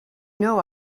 know